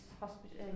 hospital